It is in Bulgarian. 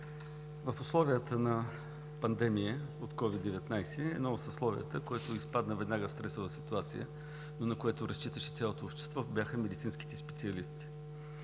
В условията на пандемия от COVID-19 едно от съсловията, което изпадна веднага в стресова ситуация, но на което разчиташе цялото общество, бяха медицинските специалисти.